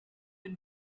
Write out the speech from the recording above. been